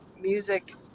music